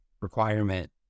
requirement